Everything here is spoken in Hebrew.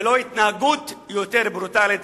ולא התנהגות יותר ברוטלית.